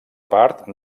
part